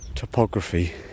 Topography